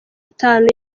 itanu